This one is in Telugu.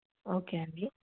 ఓకే అండి